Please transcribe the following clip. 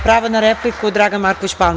Pravo na repliku Dragan Marković Palma.